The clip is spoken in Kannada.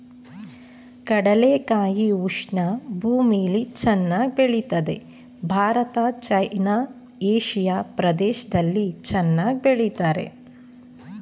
ಕಡಲೆಕಾಯಿ ಉಷ್ಣ ಭೂಮಿಲಿ ಚೆನ್ನಾಗ್ ಬೆಳಿತದೆ ಭಾರತ ಚೈನಾ ಏಷಿಯಾ ಪ್ರದೇಶ್ದಲ್ಲಿ ಹೆಚ್ಚಾಗ್ ಬೆಳಿತಾರೆ